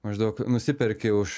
maždaug nusiperki už